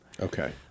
Okay